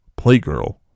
playgirl